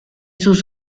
sus